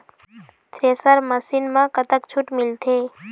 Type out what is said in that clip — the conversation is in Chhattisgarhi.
थ्रेसर मशीन म कतक छूट मिलथे?